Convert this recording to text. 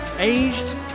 Aged